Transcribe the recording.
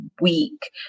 Week